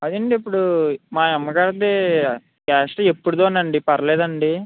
అదేనండి ఇప్పుడు మా అమ్మగారిది క్యాస్ట్ ఎప్పటిదోనండి పర్లేదా అండి